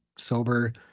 sober